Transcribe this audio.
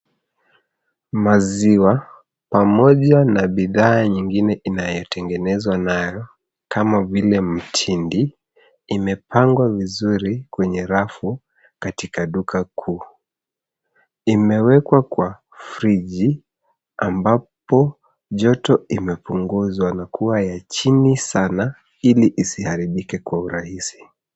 Maziwa pamoja na bidhaa nyingine inayotengenezwa nayo kama vile mtindi imepangwa vizuri kwenye rafu katika duka kuu. Imewekwa kwa friji ambapo joto imepunguzwa na kuwa ya chini sana ili isiharibike kwa urahisi.